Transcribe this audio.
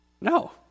No